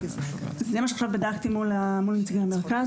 זה מה שעכשיו בדקתי מול נציגי המרכז,